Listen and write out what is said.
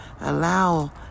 allow